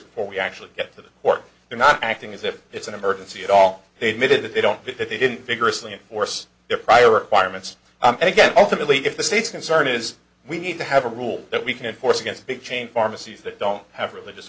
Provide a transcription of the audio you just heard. before we actually get to the court you're not acting as if it's an emergency at all they've made it that they don't think that they didn't vigorously enforce their prior requirements and again ultimately if the state's concern is we need to have a rule that we can enforce against big chain pharmacies that don't have religious